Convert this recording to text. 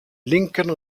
linken